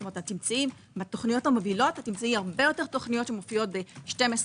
כלומר בתוכניות המובילות תמצאי הרבה יותר תוכניות שנמצאות ב-12,